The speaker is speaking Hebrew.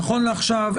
נכון לעכשיו,